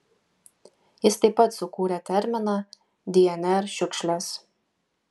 jis taip pat sukūrė terminą dnr šiukšlės